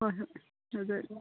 ꯍꯣꯏ ꯍꯣꯏ ꯑꯗ